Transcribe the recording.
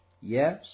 Yes